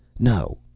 no,